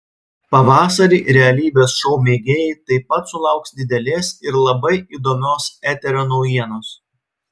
pavasarį realybės šou mėgėjai taip pat sulauks didelės ir labai įdomios eterio naujienos